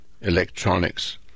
electronics